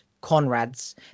Conrad's